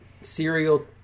serial